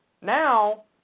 Now